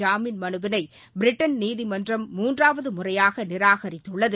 ஜாமீன் மனுவினை பிரிட்டன் நீதிமன்றம் மூன்றாவது முறையாக நிராகரித்துள்ளது